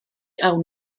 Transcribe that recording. awn